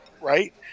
right